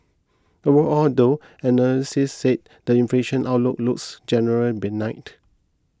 overall though analysts said the inflation outlook looks generally benignt